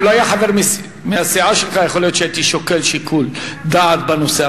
אם לא היה חבר מהסיעה שלך יכול להיות שהייתי שוקל שיקול דעת בנושא.